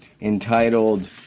entitled